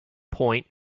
point